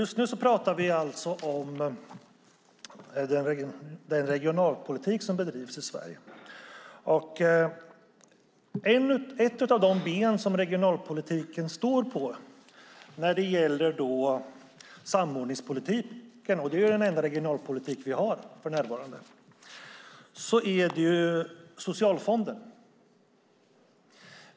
Just nu pratar vi alltså om den regionalpolitik som bedrivs i Sverige. Ett av de ben som regionalpolitiken står på när det gäller samordningspolitiken - det är den enda regionalpolitik vi har för närvarande - är Socialfonden.